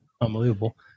unbelievable